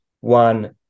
one